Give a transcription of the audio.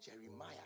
Jeremiah